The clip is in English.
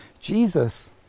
Jesus